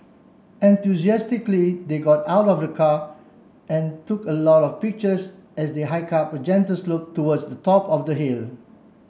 they got out of the car and took a lot of pictures as they hike up a gentle slope towards the top of the hill